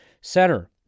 Center